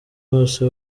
bose